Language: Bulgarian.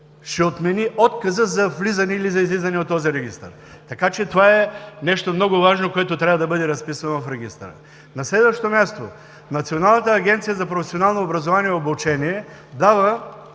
ще отмени отказа за влизане или за излизане от този регистър. Така че това е нещо много важно, което трябва да бъде разписано в регистъра. На следващо място, Националната агенция за професионално образование и обучение,